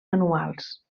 anuals